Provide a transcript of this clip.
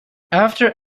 after